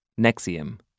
Nexium